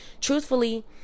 truthfully